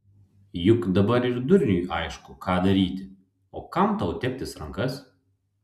juk dabar ir durniui aišku ką daryti o kam tau teptis rankas